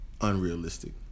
Unrealistic